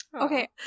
Okay